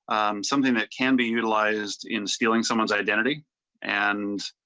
something that can be utilized in stealing someone identity and